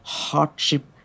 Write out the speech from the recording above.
hardship